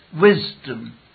wisdom